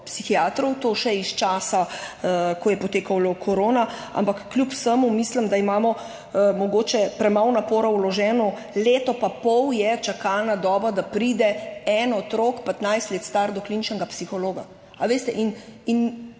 pedopsihiatrov, to še iz časa, ko je potekala korona. Ampak kljub vsemu mislim, da imamo mogoče premalo napora vloženega. Leto pa pol je čakalna doba, da pride en otrok, 15 let star, do kliničnega psihologa. V tem